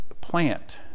plant